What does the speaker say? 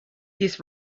his